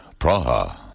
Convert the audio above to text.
Praha